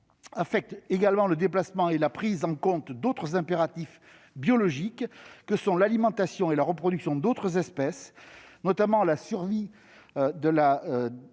affectent également le déplacement et la prise en compte d'autres impératifs biologiques que sont l'alimentation et la reproduction d'autres espèces », notamment la survie des